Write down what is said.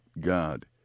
God